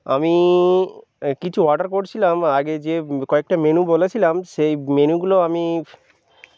আমি কিছু অর্ডার করছিলাম আগে যে কয়েকটা মেনু বলেছিলাম সেই মেনুগুলো আমি